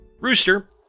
Rooster